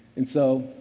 and so,